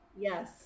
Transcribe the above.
yes